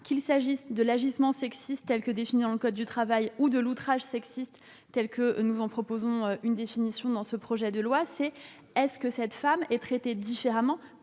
qu'il s'agisse de l'agissement sexiste, tel qu'il est défini dans le code du travail, ou de l'outrage sexiste, tel que nous en proposons une définition dans ce projet de loi, il faut se demander si cette femme est traitée différemment